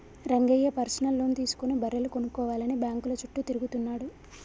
Rangayya personal loan తీసుకుని బర్రెలు కొనుక్కోవాలని బ్యాంకుల చుట్టూ తిరుగుతున్నాడు